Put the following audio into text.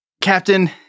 Captain